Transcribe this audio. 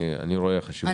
רואה לזה חשיבות.